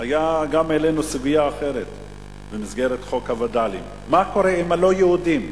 גם העלינו סוגיה אחרת במסגרת חוק הווד"לים: מה קורה עם הלא-יהודים?